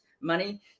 money